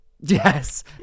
Yes